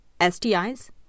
stis